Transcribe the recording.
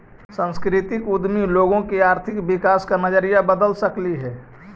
सांस्कृतिक उद्यमी लोगों का आर्थिक विकास का नजरिया बदल सकलई हे